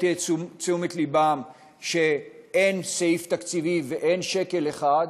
את תשומת לבם לכך שאין סעיף תקציבי ואין שקל אחד.